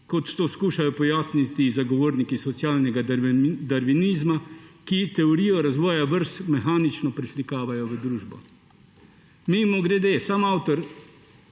kot to skušajo pojasniti zagovorniki socialnega darvinizma, ki teorijo razvoja vrst mehanično preslikavajo v družbo. Mimogrede, sam avtor